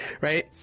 right